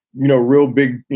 you know, real big,